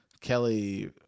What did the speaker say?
Kelly